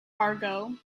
argo